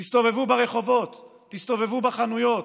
תסתובבו ברחובות, תסתובבו בחנויות,